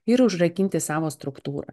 ir užrakinti savo struktūrą